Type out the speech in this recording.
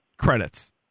credits